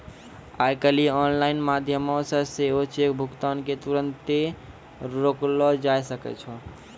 आइ काल्हि आनलाइन माध्यमो से सेहो चेक भुगतान के तुरन्ते रोकलो जाय सकै छै